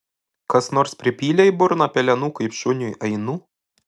kas nors pripylė į burną pelenų kaip šuniui ainu